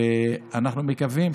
ואנחנו מקווים